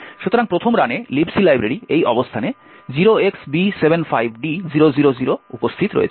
সুতরাং প্রথম রানে Libc লাইব্রেরি এই অবস্থানে 0xb75d000 উপস্থিত রয়েছে